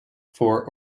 for